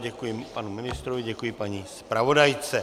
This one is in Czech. Děkuji panu ministrovi, děkuji paní zpravodajce.